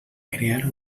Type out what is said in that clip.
crear